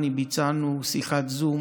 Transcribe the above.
ביצענו שיחת זום,